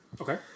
Okay